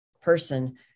person